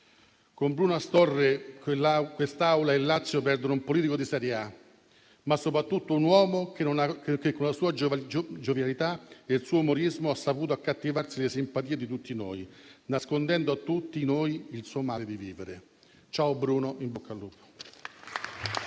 Con Bruno Astorre questa Assemblea e il Lazio perdono un politico di serie A, ma soprattutto un uomo che con la sua giovialità e il suo umorismo ha saputo accattivarsi le simpatie di tutti noi, nascondendo a tutti noi il suo male di vivere. Ciao Bruno, in bocca al lupo.